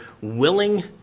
willing